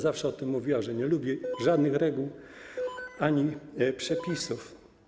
Zawsze o tym mówiła, że nie lubi żadnych reguł ani przepisów.